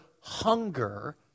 hunger